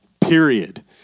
Period